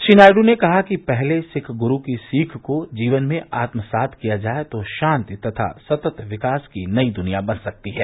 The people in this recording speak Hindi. श्री नायडू ने कहा कि पहले सिख गुरु की सीख को जीवन में आत्मसात् किया जाए तो शांति तथा सतत विकास की नयी दुनिया बन सकती है